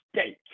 steak